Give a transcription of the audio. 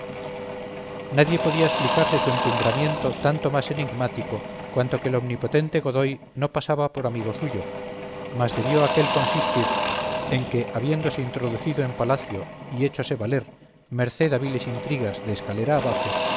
nadie podía explicarse su encumbramiento tanto más enigmático cuanto que el omnipotente godoy no pasaba por amigo suyo mas debió aquél consistir en que habiéndose introducido en palacio y héchose valer merced a viles intrigas de escalera abajo